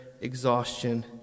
exhaustion